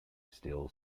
still